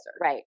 right